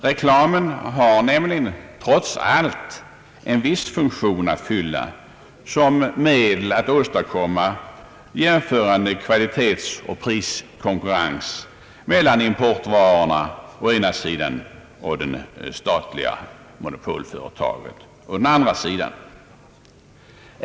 Reklamen har nämligen trots allt en viss funktion att fylla som medel att åstadkomma jämförande kvalitetsoch prisbedömningar mellan importvaror å ena sidan och det statliga monopolföretagets produkter å andra sidan.